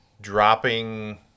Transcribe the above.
dropping